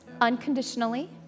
unconditionally